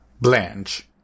Blanche